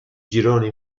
girone